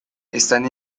están